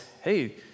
hey